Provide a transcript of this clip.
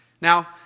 Now